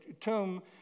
tomb